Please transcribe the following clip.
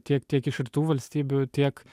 tiek tiek iš rytų valstybių tiek